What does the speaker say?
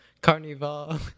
carnival